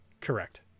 Correct